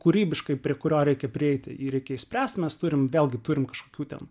kūrybiškai prie kurio reikia prieiti ir reikia išspręst mes turim vėlgi turim kažkokių ten